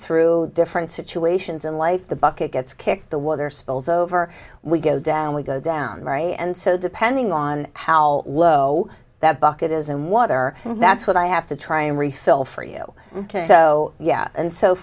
through different situations in life the bucket gets kicked the water spills over we go down we go down mary and so depending on how low that bucket is and water that's what i have to try and refill for you so yeah and so